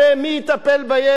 מי יטפל בילד?